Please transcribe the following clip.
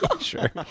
Sure